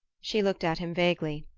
she looked at him vaguely.